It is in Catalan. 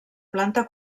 planta